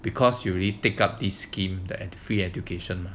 because you really take up a scheme that free education